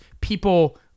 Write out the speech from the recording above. people